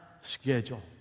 schedule